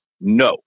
No